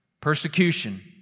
Persecution